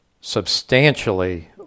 substantially